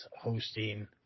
hosting